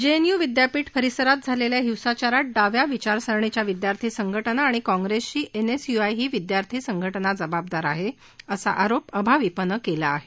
JNU विद्यापीठ परिसरात झालेल्या हिंसाचारात डाव्या विचार सरणीच्या विद्यार्थी संघटना आणि काँप्रेसची एनएसयूआय ही विद्यार्थी संघटना जबाबदार आहे असा आरोप अभाविपनं केला आहे